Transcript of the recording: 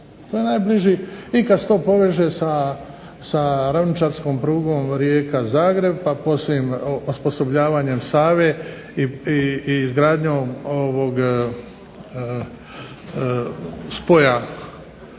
i kada se to poveže sa ravničarskom prugom Rijeka-Zagreb pa osposobljavanjem Save i izgradnjom spoja